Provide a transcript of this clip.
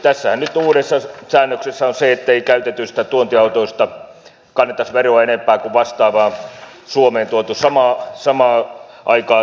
tässä uudessa säännöksessähän on se että ei käytetyistä tuontiautoista kannettaisi veroa enempää kuin vastaavasta samaan aikaan suomeen tuodusta